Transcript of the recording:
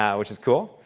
yeah which is cool.